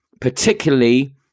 particularly